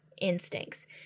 instincts